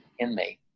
inmate